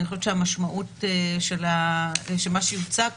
אני חושבת שהמשמעות של מה שיוצע כאן,